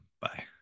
Bye